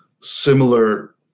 similar